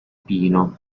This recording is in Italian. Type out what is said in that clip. pino